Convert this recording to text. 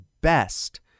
best